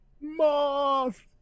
Moth